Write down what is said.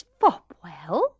Fopwell